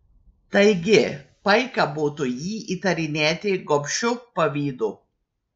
taigi paika būtų jį įtarinėti gobšiu pavydu